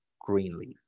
Greenleaf